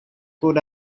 code